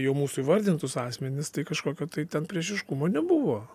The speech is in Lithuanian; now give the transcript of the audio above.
jau mūsų įvardintus asmenis tai kažkokio tai ten priešiškumo nebuvo